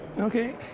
Okay